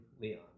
Leon